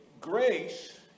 grace